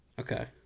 Okay